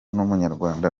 n’umunyarwanda